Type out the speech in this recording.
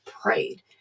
prayed